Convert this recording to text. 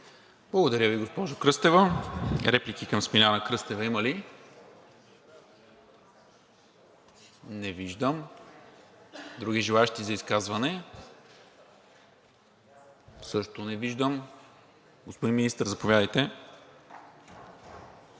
Благодаря Ви, госпожо Кръстева. Реплики към Смиляна Кръстева има ли? Не виждам. Други желаещи за изказване? Също не виждам. Господин Министър, заповядайте. СЛУЖЕБЕН